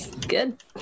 Good